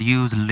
use